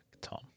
Tom